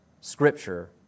Scripture